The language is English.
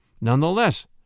Nonetheless